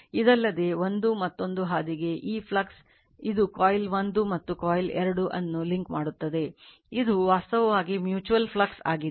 ಇದಲ್ಲದೆ 1 ಮತ್ತೊಂದು ಹಾದಿಗೆ ಈ flux ಇದು ಕಾಯಿಲ್ 1 ಮತ್ತು ಕಾಯಿಲ್ 2 ಅನ್ನು ಲಿಂಕ್ ಮಾಡುತ್ತದೆ ಇದು ವಾಸ್ತವವಾಗಿ mutual flux ಆಗಿದೆ